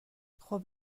خوب